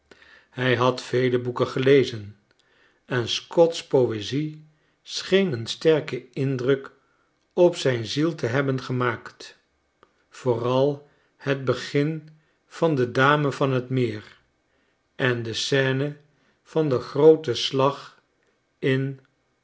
hij had vele boeken gelezen en scott's poezie scheen een sterken indruk op zijn ziel te hebben gemaakt vooral het begin van de dame van j t meer en de scene van den grooten slag in